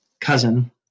cousin